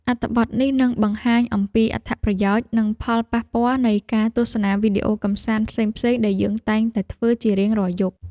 អត្ថបទនេះនឹងបង្ហាញអំពីអត្ថប្រយោជន៍និងផលប៉ះពាល់នៃការទស្សនាវីដេអូកម្សាន្តផ្សេងៗដែលយើងតែងតែធ្វើជារៀងរាល់យប់។